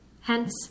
hence